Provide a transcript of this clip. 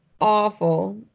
awful